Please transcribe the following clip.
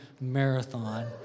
Marathon